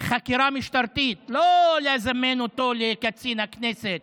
חקירה משטרתית, לא לזמן אותו לקצין הכנסת,